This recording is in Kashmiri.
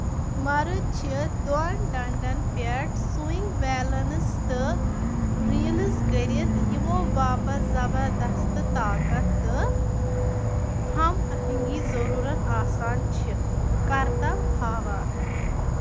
مرد چھِ دۄن ڈنڈن پٮ۪ٹھ سُوِنگ بیلنس تہٕ رِیلٕز كرِتھ یمو باپتھ زبردستہٕ طاقت تہٕ ہم آہنگی ضروُرت آسان چھِ كرتب ہاوان